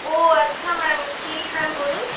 ও আচ্ছা ম্যাম কী হ্যাঁ বলুন